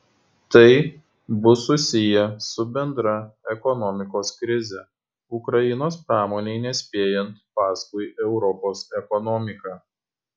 tai bus susiję su bendra ekonomikos krize ukrainos pramonei nespėjant paskui europos ekonomiką